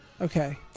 Okay